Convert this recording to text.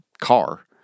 car